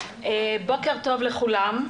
בוקר טוב לכולם.